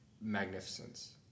magnificence